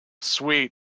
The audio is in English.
sweet